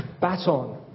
baton